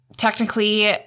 Technically